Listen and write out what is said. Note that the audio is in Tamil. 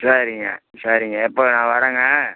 சரிங்க சரிங்க இப்போ நான் வர்றேன்ங்க